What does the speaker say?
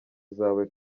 zawe